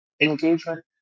engagement